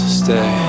stay